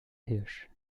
hirsch